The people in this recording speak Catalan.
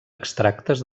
extractes